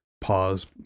pause